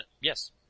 yes